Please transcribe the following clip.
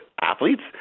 athletes